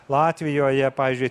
latvijoje pavyzdžiui